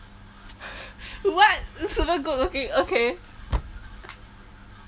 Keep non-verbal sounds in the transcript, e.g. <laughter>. <laughs> what super good looking okay